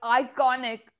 iconic